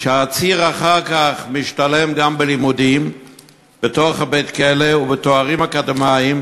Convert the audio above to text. שהעציר אחר כך משתלם גם בלימודים בתוך בית-הכלא ובתארים אקדמיים.